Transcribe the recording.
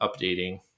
updating